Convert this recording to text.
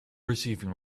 receiving